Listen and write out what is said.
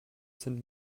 sind